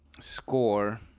score